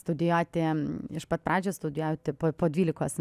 studijuoti iš pat pradžios studijuoti po po dvylikos